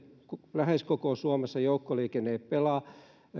lähes koko suomessa joukkoliikenne ei pelaa